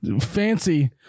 fancy